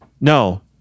No